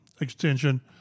extension